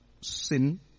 sin